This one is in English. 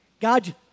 God